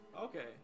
Okay